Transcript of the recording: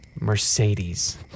Mercedes